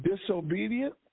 disobedient